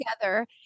together